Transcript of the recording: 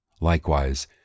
Likewise